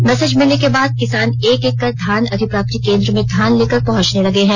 message मिलने के बाद किसान एक एक कर धान अधिप्राप्ति केंद्र में धान लेकर पहुंचने लगे हैं